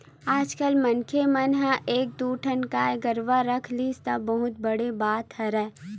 आजकल मनखे मन ह एक दू ठन गाय गरुवा रख लिस त बहुत बड़ बात हरय